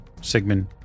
Sigmund